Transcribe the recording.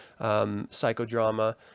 psychodrama